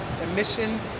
emissions